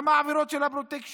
גם את העבירות של הפרוטקשן,